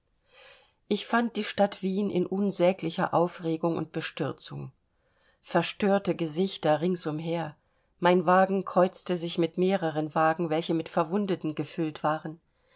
ich fand die stadt wien in unsäglicher aufregung und bestürzung verstörte gesichter ringsumher mein wagen kreuzte sich mit mehreren wagen welche mit verwundeten gefüllt waren